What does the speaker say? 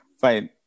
Fine